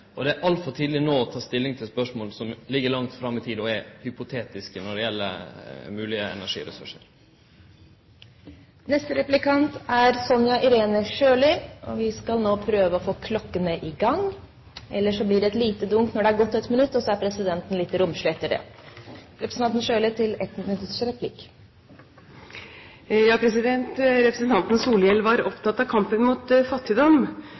Og det er altfor tidleg no å ta stilling til spørsmål som ligg langt fram i tid, og som er hypotetiske når det gjeld moglege energiressursar. Vi skal nå prøve å få klokkene i gang. Ellers blir det et lite dunk når det har gått ett minutt, og så er presidenten litt romslig etter det. Representanten Solhjell var opptatt av kampen mot fattigdom,